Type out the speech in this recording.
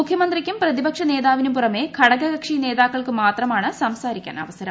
മുഖ്യമന്ത്രിക്കും പ്രതിപക്ഷനേതാവിനും പുറമേ ഘടകകക്ഷി നേതാക്കൾക്കു മാത്രമാണ് സംസാരിക്കാൻ അവസരം